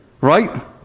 right